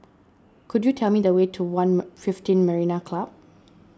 could you tell me the way to one fifteen Marina Club